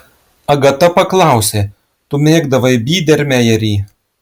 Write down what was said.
agata paklausė tu mėgdavai bydermejerį